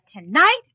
tonight